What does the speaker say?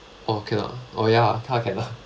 okay lah oh ya